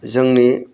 जोंनि